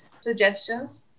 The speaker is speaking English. suggestions